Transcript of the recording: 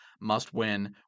must-win